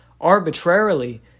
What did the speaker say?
arbitrarily